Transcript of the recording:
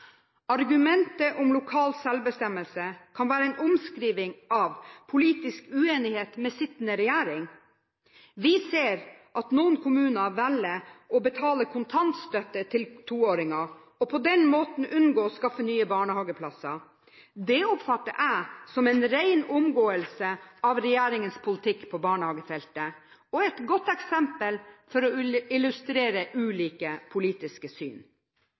Argumentet om lokal selvbestemmelse kan være en omskriving av politisk uenighet med sittende regjering. Vi ser at noen kommuner velger å betale kontantstøtte til toåringer og på den måten unngår å skaffe nye barnehageplasser. Det oppfatter jeg som en ren omgåelse av regjeringens politikk på barnehagefeltet og et godt eksempel for å illustrere ulike politiske syn.